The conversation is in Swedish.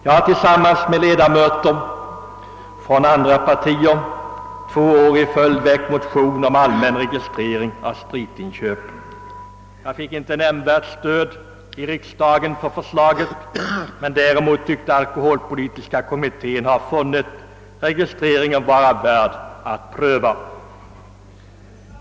Jag har tillsammans med ledamöter från andra partier två år i följd väckt motion om allmän registrering av spritinköpen. Jag fick inte nämnvärt stöd i riksdagen för förslaget, men däremot tycks alkoholpolitiska kommittén ha funnit registreringen vara värd att pröva.